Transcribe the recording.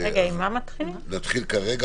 אזכיר לכם